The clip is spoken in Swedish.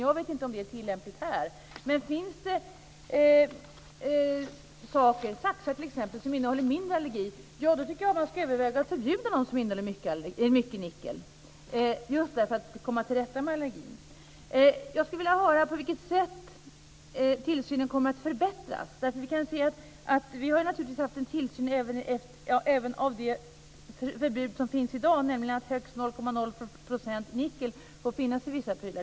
Jag vet inte om den är tillämplig här, men finns det saker, saxar t.ex., som innehåller mindre nickel tycker jag att man ska överväga att förbjuda dem som innehåller mycket nickel, just för att komma till rätta med allergin. Jag skulle vilja höra på vilket sätt tillsynen kommer att förbättras. Vi har naturligtvis haft tillsyn även av det förbud som finns i dag, nämligen att högst 0,05 % nickel får finnas i vissa prylar.